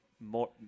more